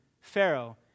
Pharaoh